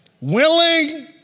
Willing